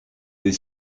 des